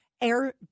air